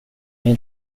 min